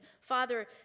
Father